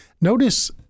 notice